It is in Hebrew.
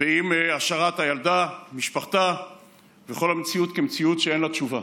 ועם השארת הילדה ומשפחתה וכל המציאות כמציאות שאין לה תשובה,